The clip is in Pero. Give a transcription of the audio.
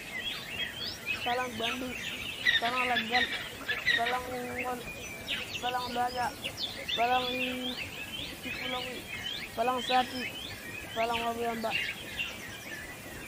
palan gbandum, palang leggal, palang ƙon, palan dwaaja, palang i tuɓɓulo̱ kui, palang sati, palang wabu yamba.